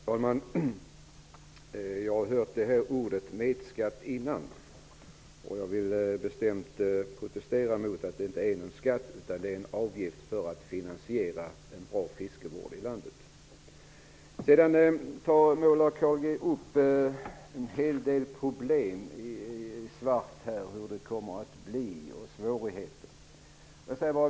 Herr talman! Jag har också tidigare hört ordet metskatt användas, och jag vill bestämt protestera mot det. Det är inte fråga om en skatt utan om en avgift för att finansiera en bra fiskevård i landet. Carl G Nilsson målar i svart upp en hel del problem och pekar på att det kommer att bli svårigheter.